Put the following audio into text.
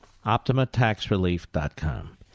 OptimaTaxRelief.com